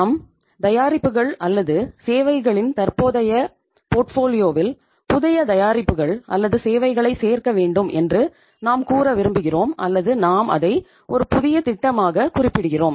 நம் தயாரிப்புகள் அல்லது சேவைகளின் தற்போதைய போர்ட்ஃபோலியோவில் புதிய தயாரிப்புகள் அல்லது சேவைகளைச் சேர்க்க வேண்டும் என்று நாம் கூற விரும்புகிறோம் அல்லது நாம் அதை ஒரு புதிய திட்டமாகக் குறிப்பிடுகிறோம்